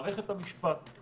מערכת המשפט,